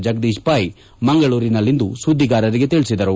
ಜಗದೀಶ್ ಪೈ ಮಂಗಳೂರಿನಲ್ಲಿಂದು ಸುದ್ದಿಗಾರರಿಗೆ ತಿಳಿಸಿದರು